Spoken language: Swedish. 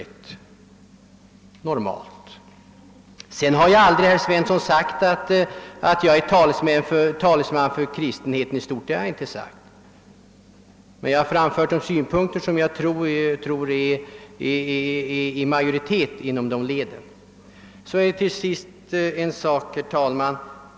Jag har emellertid aldrig sagt, herr Svensson, att jag skulle vara någon talesman för kristenheten i stort, utan jag har bara framfört de synpunkter som jag tror att det finns majoritet för inom de kristna leden. Till sist ytterligare en sak, herr talman!